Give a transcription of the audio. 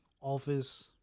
office